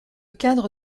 cadre